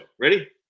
Ready